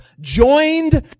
joined